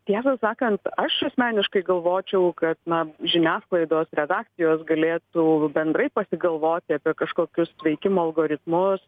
tiesą sakant aš asmeniškai galvočiau kad na žiniasklaidos redakcijos galėtų bendrai pasigalvoti apie kažkokius veikimo algoritmus